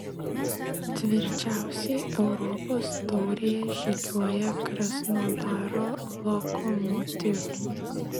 tvirčiausiai europos taurėje žygiuoja krasnodaro lokomotiv